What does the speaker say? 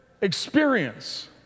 experience